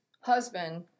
husband